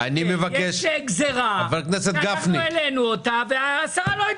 ידבר בדיון הבא עם השרה.